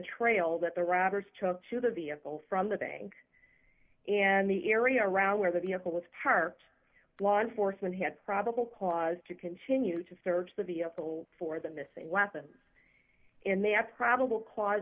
trail that the robbers chose to the vehicle from the bank and the area around where the vehicle was parked law enforcement had probable cause to continue to search the vehicle for the missing weapons and they had probable cause